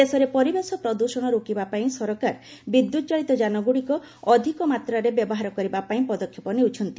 ଦେଶରେ ପରିବେଶ ପ୍ରଦୂଷଣ ରୋକିବା ପାଇଁ ସରକାର ବିଦ୍ୟୁତ୍ ଚାଳିତ ଯାନଗୁଡ଼ିକ ଅଧିକ ମାତ୍ରାରେ ବ୍ୟବହାର କରିବା ପାଇଁ ପଦକ୍ଷେପ ନେଉଛନ୍ତି